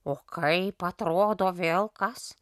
o kaip atrodo vilkas